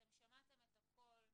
אתם שמעתם את הכול.